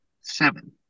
seven